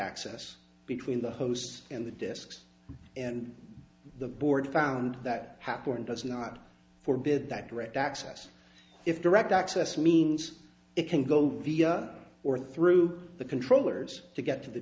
access between the hosts and the desks and the board found that happen does not for bid that read access if the direct access means it can go via or through the controllers to get to the